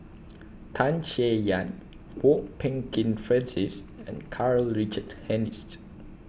Tan Chay Yan Kwok Peng Kin Francis and Karl Richard Hanitsch